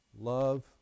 love